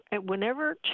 whenever